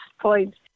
point